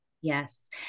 Yes